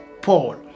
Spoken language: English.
Paul